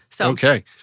Okay